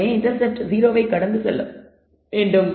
எனவே இன்டர்செப்ட் 0 ஐ கடந்து செல்ல வேண்டும்